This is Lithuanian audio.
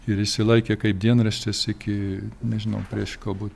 ir išsilaikė kaip dienraštis iki nežinau prieš galbūt